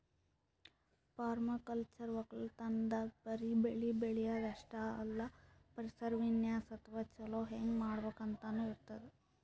permaculture ವಕ್ಕಲತನ್ದಾಗ್ ಬರಿ ಬೆಳಿ ಬೆಳ್ಯಾದ್ ಅಷ್ಟೇ ಅಲ್ಲ ಪರಿಸರ ವಿನ್ಯಾಸ್ ಅಥವಾ ಛಲೋ ಹೆಂಗ್ ಮಾಡ್ಬೇಕ್ ಅಂತನೂ ಇರ್ತದ್